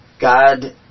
God